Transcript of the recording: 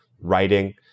writing